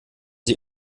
sie